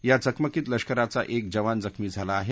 या चकमकीत लष्कराचा एक जवान जखमी झाला आहे